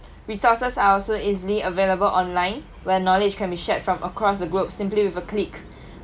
resources are also easily available online where knowledge can be shared from across the globe simply with a click